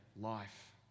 life